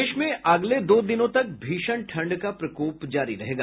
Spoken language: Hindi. प्रदेश में अगले दो दिनों तक भीषण ठंड का प्रकोप जारी रहेगा